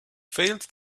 failed